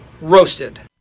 roasted